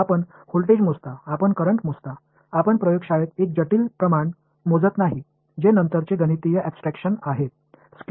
आपण व्होल्टेज मोजता आपण करंट मोजता आपण प्रयोगशाळेत एक जटिल प्रमाण मोजत नाही जे नंतरचे गणितीय अॅब्स्ट्रक्शन आहे